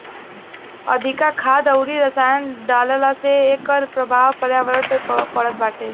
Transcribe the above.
अधिका खाद अउरी रसायन डालला से एकर प्रभाव पर्यावरण पे पड़त बाटे